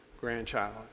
grandchild